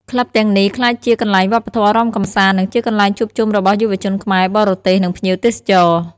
ក្លឹបទាំងនេះក្លាយជាកន្លែងវប្បធម៌រាំកម្សាន្ត និងជាកន្លែងជួបជុំរបស់យុវជនខ្មែរ បរទេស និងភ្ញៀវទេសចរ។